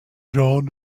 gens